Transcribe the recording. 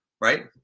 right